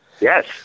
Yes